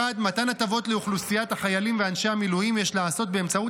1. מתן הטבות לאוכלוסיית החיילים ואנשי המילואים יש לעשות באמצעות